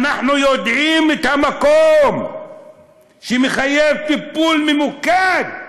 אנחנו יודעים את המקום שמחייב טיפול ממוקד,